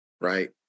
right